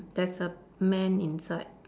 there's a man inside